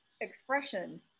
expression